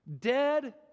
Dead